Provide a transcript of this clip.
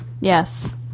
Yes